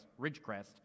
Ridgecrest